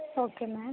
okay ma'am